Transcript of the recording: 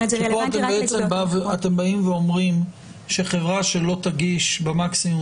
פה אתם באים ואומרים שחברה שלא תגיש במקסימום